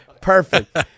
Perfect